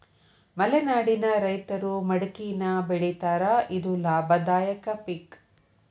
ಮಲೆನಾಡಿನ ರೈತರು ಮಡಕಿನಾ ಬೆಳಿತಾರ ಇದು ಲಾಭದಾಯಕ ಪಿಕ್